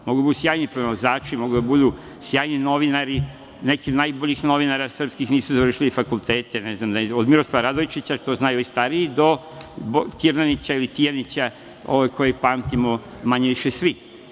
Mogu da budu sjajni pronalazači, mogu da budu sjajni novinari, neki od najboljih srpskih novinara nisu završili fakultete, ne znam, od Miroslava Radojčića, što znaju stariji, do Tirnanića ili Tijanića, koje pamtimo, manje više svi.